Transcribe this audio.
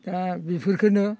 दा बेफोरखोनो